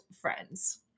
friends